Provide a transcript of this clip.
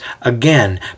again